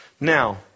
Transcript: Now